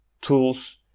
tools